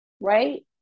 right